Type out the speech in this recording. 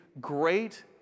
Great